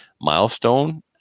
milestone